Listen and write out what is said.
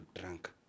drunk